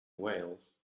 wales